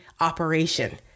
operation